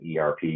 ERP